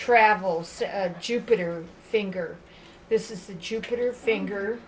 travel so jupiter finger this is the jupiter finger